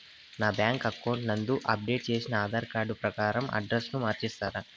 నా bank account నందు update చేసిన ఆధార్ కార్డు ప్రకారం అడ్రస్ ను మార్చిస్తారా?